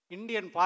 Indian